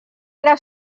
era